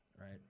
right